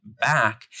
back